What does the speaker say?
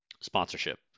sponsorship